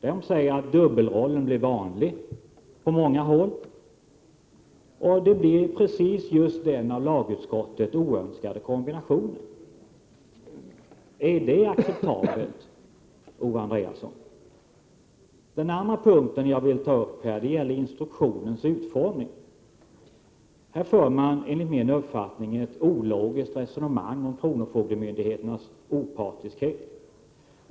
Den säger att dubbelrollen blir vanlig på många håll och att det blir precis den av lagutskottet oönskade kombinationen. Är det acceptabelt, Owe Andréasson? 54 Den andra punkten jag vill ta upp gäller instruktionens utformning. Här för man enligt min uppfattning ett ologiskt resonemang om kronofogdemyndigheternas opartiskhet.